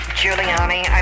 Giuliani